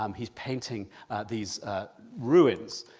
um he's painting these ruins.